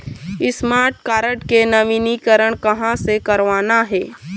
Smart card के नवीनीकरण कहां से करवाना हे?